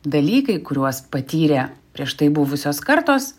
dalykai kuriuos patyrė prieš tai buvusios kartos